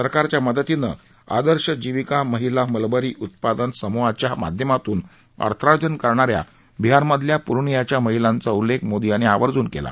सरकारच्या मदतीनं आदर्श जीविका महिला मलबरी उत्पादन समूहाच्या माध्यमातून अर्थार्जन करणा या बिहारमधल्या पूर्णियाच्या महिलांचा उल्लेख मोदी यांनी आवर्जून केला